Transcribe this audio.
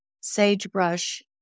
sagebrush